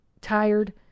tired